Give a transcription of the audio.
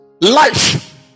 Life